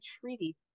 treaty